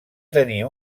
tenir